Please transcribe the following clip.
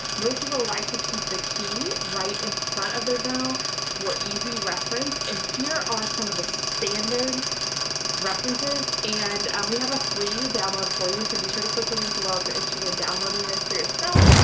most people like to keep the key right in front of their journal for easy reference. and here are some of the standard references. and we have a free download for you. so be sure to click the link below if you're interested in downloading this for yourself.